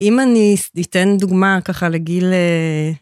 אם אני אתן דוגמה ככה לגיל...